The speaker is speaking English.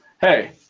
hey